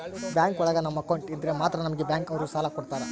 bank ಒಳಗ ನಮ್ account ಇದ್ರೆ ಮಾತ್ರ ನಮ್ಗೆ ಬ್ಯಾಂಕ್ ಅವ್ರು ಸಾಲ ಕೊಡ್ತಾರ